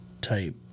type